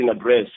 address